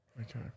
Okay